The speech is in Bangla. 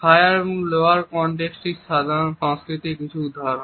হায়ার এবং লোয়ার কন্টেক্সট সংস্কৃতির কিছু উদাহরণ